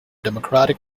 democratic